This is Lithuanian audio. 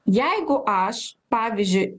jeigu aš pavyzdžiui